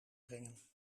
brengen